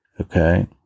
Okay